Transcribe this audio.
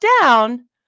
down